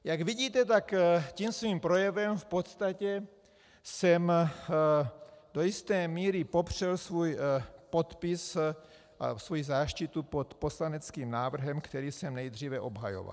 Jak vidíte, svým projevem v podstatě jsem do jisté míry popřel svůj podpis a svoji záštitu pod poslaneckým návrhem, který jsem nejdříve obhajoval.